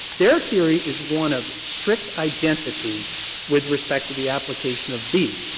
their theory is one of strict identity with respect to the application of b.